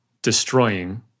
destroying